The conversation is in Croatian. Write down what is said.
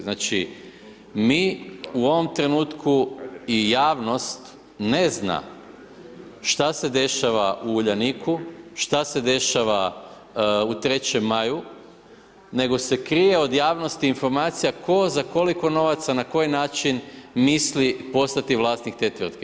Znači mi u ovom trenutku i javnost ne zna šta se dešava u Uljaniku, šta se dešava u 3. maja, nego se krije od javnosti informacija tko za koliko novaca na koji način misli poslati vlasnik te tvrtke.